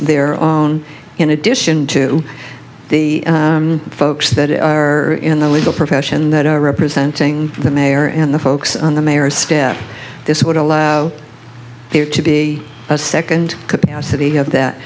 their own in addition to the folks that are in the legal profession that are representing the mayor and the folks on the mayor's step this would allow there to be a second capacity of that